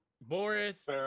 Boris